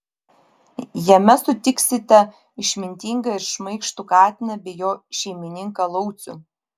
jame sutiksite išmintingą ir šmaikštų katiną bei jo šeimininką laucių